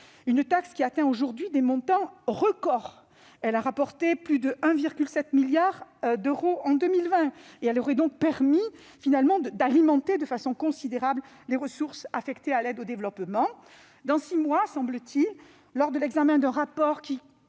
cette taxe atteint aujourd'hui des montants records : elle a rapporté plus de 1,7 milliard d'euros en 2020, elle aurait donc permis d'alimenter de façon considérable les ressources affectées à l'aide au développement. Dans six mois, lors de la remise du rapport qui